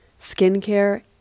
skincare